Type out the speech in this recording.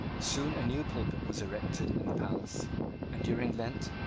soon a new pulpit was erected in the palace and, during lent,